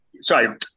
Sorry